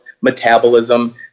metabolism